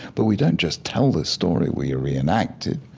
but we don't just tell the story. we reenact it.